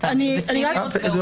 יש לי